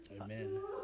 Amen